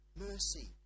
mercy